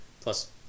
Plus